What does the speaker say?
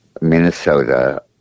Minnesota